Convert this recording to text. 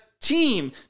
team